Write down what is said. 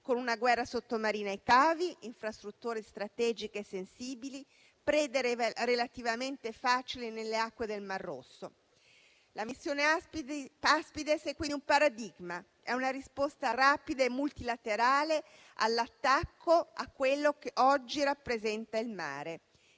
con una guerra sottomarina ai cavi, infrastrutture strategiche sensibili, prede relativamente facili nelle acque del Mar Rosso. La missione Aspides è quindi un paradigma, è una risposta rapida e multilaterale all'attacco a quello che oggi rappresenta il mare: